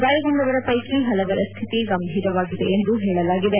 ಗಾಯಗೊಂಡವರ ಪೈಕಿ ಹಲವರ ಸ್ಥಿತಿ ಗಂಭೀರವಾಗಿದೆ ಎಂದು ಹೇಳಲಾಗಿದೆ